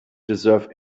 deserve